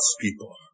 people